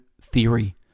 theory